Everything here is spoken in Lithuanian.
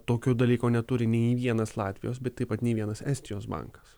tokio dalyko neturi nei vienas latvijos bet taip pat nė vienas estijos bankas